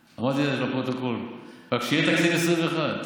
רק שיהיה תקציב2021 .